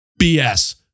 BS